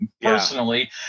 personally